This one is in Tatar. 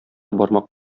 бармак